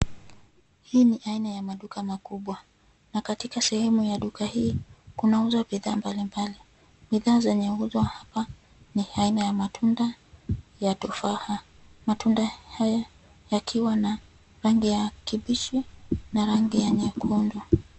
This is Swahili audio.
Hii ni aina ya maduka makubwa. Na katika sehemu ya duka hii, kunauzwa bidhaa mbalimbali. Bidhaa zenye nguzo hapa, ni aina ya matunda, ya tufaha. Matunda haya, yakiwa na rangi ya kibichi, na rangi ya nyekundu.